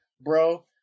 Bro